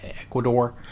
Ecuador